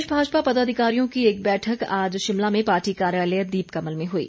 प्रदेश भाजपा पदाधिकारियों की एक बैठक आज शिमला में पार्टी कार्यालय दीपकमल में हुई